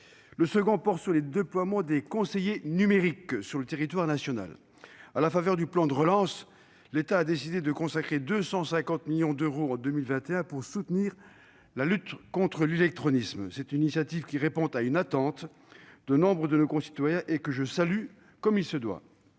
sujet a trait au déploiement des conseillers numériques sur le territoire national. À la faveur du plan de relance, l'État a décidé de consacrer 250 millions d'euros en 2021 pour soutenir la lutte contre l'illectronisme. Cette initiative, pilotée par l'ANCT, répond à une attente d'un grand nombre de nos concitoyens et je la salue, comme il se doit.